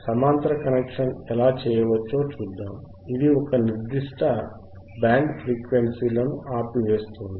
సమాంతర కనెక్షన్ ఎలా చేయవచ్చో చూద్దాం అది ఒక నిర్దిష్ట బ్యాండ్ ఫ్రీక్వెన్సీలను ఆపివేస్తుంది